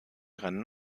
rennen